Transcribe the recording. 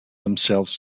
themselves